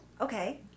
Okay